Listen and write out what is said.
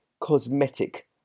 cosmetic